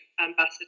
ambassador